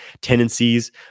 tendencies